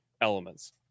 elements